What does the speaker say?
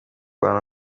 bantu